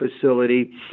facility